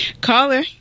caller